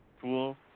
Cool